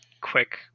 quick